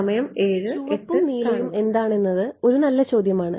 ചുവപ്പും നീലയും എന്താണെന്ന് ഒരു നല്ല ചോദ്യമാണ്